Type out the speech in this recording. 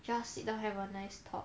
just sit down have a nice talk